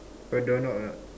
got door knob or not